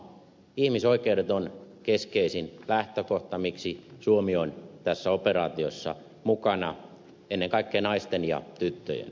ihmisoikeudet ovat keskeisin lähtökohta miksi suomi on tässä operaatiossa mukana ennen kaikkea naisten ja tyttöjen ihmisoikeudet